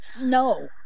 No